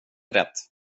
rätt